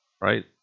right